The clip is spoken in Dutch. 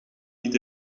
niet